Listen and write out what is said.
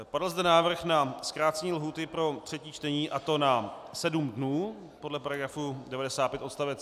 Padl zde návrh na zkrácení lhůty pro třetí čtení, a to na sedm dnů podle § 95 odst.